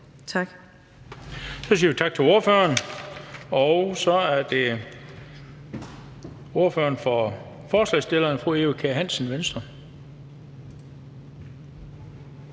Så siger vi tak til ordføreren, og så er det ordføreren for forslagsstillerne, fru Eva Kjer Hansen, Venstre.